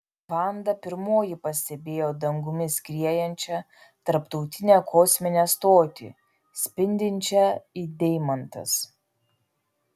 vanda pirmoji pastebėjo dangumi skriejančią tarptautinę kosminę stotį spindinčią it deimantas